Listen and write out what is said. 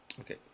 Okay